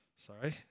Sorry